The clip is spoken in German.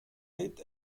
lebt